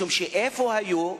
משום שאיפה היו,